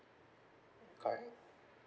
correct